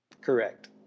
Correct